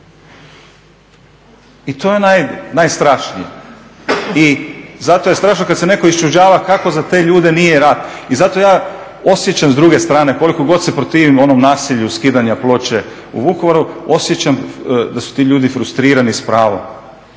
i to je najstrašnije. I zato je strašno kada se netko iščuđava kako za te ljude nije rat. I zato ja osjećam s druge strane, koliko god se protivim onom nasilju skidanja ploče u Vukovaru osjećam da su ti ljudi frustrirani s pravom